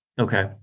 Okay